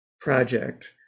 project